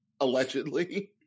allegedly